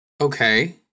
Okay